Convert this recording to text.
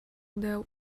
deuh